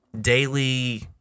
daily